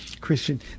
Christian